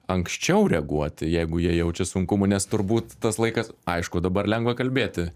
anksčiau reaguoti jeigu jie jaučia sunkumų nes turbūt tas laikas aišku dabar lengva kalbėti